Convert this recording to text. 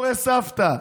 סיפורי סבתא.